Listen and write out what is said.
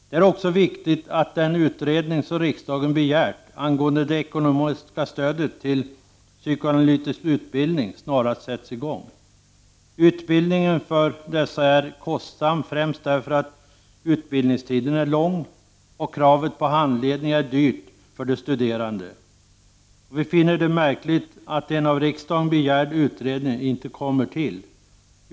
Det är också viktigt att den utredning som riksdagen begärt angående det ekonomiska stödet till psykoanalytisk utbildning snarast sätts i gång. Psykoterapeututbildningen är kostsam, främst därför att utbildningstiden är lång och kravet på handledning är dyrt för de studerande. Vi finner det märkligt att en av riksdagen begärd utredning inte kommer till stånd.